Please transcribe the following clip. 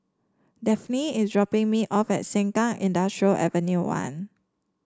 Daphne is dropping me off at Sengkang Industrial Avenue One